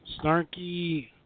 snarky